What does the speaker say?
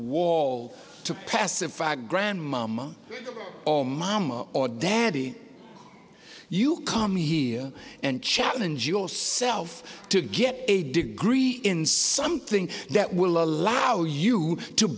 wall to pacify grand mama oh mama or daddy you come here and challenge your self to get a degree in something that will allow you to